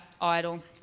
idol